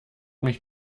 mich